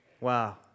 wow